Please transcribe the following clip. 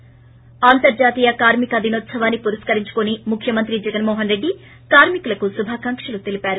ి అంతర్జాతీయ కార్మిక దినోత్సవాన్ని పురస్కరించుకుని ముఖ్యమంత్రి జగన్మోహన్ రెడ్జి కార్మి కులకు శుభాకాంక్షలు తెలిపారు